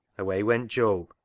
away went job,